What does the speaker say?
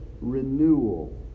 renewal